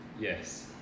Yes